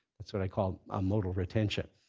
that's what i call ah modal retention.